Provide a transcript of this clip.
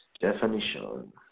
Definition